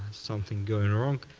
something goes and wrong,